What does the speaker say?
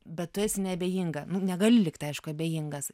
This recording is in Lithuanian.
bet tu esi neabejinga nu negali likt aišku abejingas